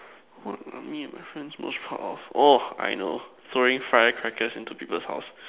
what for me the difference was part of orh I know throwing fire crackers into other people houses